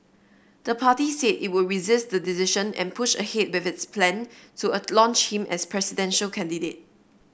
the party said it would resist the decision and push ahead with its plan to launch him as presidential candidate